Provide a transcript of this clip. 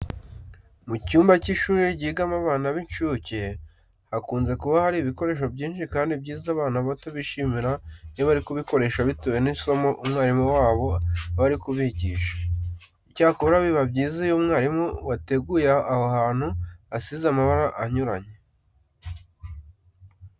Mu cyumba cy'ishuri ryigamo abana b'incuke hakunze kuba hari ibikoresho byinshi kandi byiza abana bato bishimira iyo bari kubikoresha bitewe n'isomo umwarimu wabo aba ari kubigisha. Icyakora biba byiza iyo umwarimu wateguye aho hantu ahasize amabara anyuranye.